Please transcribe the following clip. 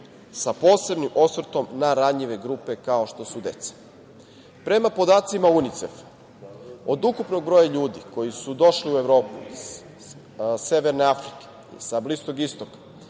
sa posebnim osvrtom na ranjive grupe kao što su deca. Prema podacima UNICEF-a, od ukupnog broja ljudi koji su došli u Evropu iz Severne Afrike i sa Bliskog Istoga